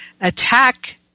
attack